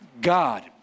God